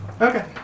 Okay